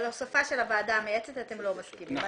על ההוספה של הוועדה המייעצת אתם לא מסכימים.